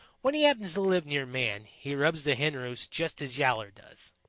when he happens to live near man, he robs the hen roosts just as yowler does.